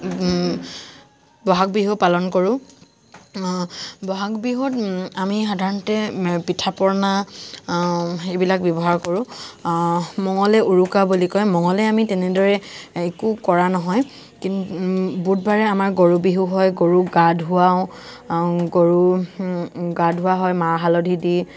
ব'হাগ বিহু পালন কৰো ব'হাগ বিহুত আমি সাধাৰণতে পিঠা পনা এইবিলাক ব্যৱহাৰ কৰো মঙলে উৰুকা বুলি কয় মঙলে আমি তেনেদৰে একো কৰা নহয় কিন বুধবাৰে আমাৰ গৰু বিহু হয় গৰুক গা ধোৱাও গৰু গা ধোৱা হয় মাহ হালধি দি